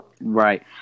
Right